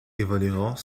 évolueront